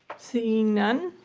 seeing none